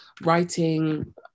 writing